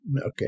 Okay